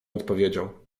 odpowiedział